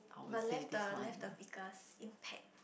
but left the left the biggest impact